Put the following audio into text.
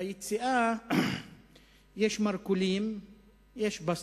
ביציאה יש רוכלים ובסטות.